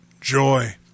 joy